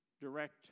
direct